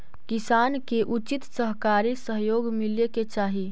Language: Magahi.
किसान के उचित सहकारी सहयोग मिले के चाहि